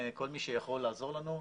כל מי שיכול לעזור לנו.